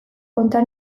konta